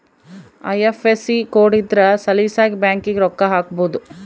IFSC code ಇದ್ರ ಸಲೀಸಾಗಿ ಬ್ಯಾಂಕಿಗೆ ರೊಕ್ಕ ಹಾಕ್ಬೊದು